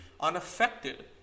unaffected